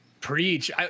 Preach